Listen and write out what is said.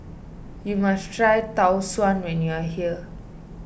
you must try Tau Suan when you are here